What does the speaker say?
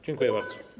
Dziękuję bardzo.